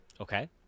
Okay